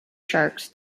sharks